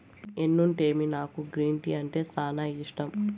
ఎన్నుంటేమి నాకు green tea అంటే సానా ఇష్టం